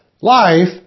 Life